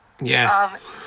Yes